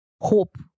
hope